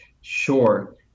Sure